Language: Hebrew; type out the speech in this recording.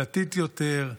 דתית יותר,